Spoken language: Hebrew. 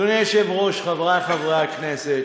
אדוני היושב-ראש, חברי חברי הכנסת,